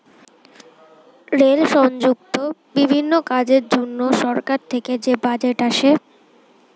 rail সংযুক্ত বিভিন্ন কাজের জন্য সরকার থেকে যে বাজেট আসে